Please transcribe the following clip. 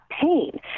pain